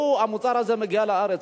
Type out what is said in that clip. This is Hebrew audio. והוא, המוצר הזה, מגיע לארץ.